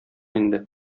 инде